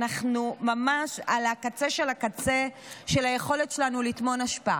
אנחנו ממש על הקצה של הקצה של היכולת שלנו לטמון אשפה.